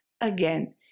Again